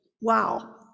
Wow